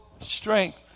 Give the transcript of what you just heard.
strength